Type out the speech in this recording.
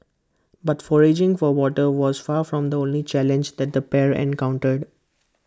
but foraging for water was far from the only challenge that the pair encountered